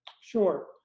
Sure